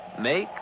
make